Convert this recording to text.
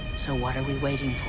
so what are we waiting